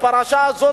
הפרשה הזאת,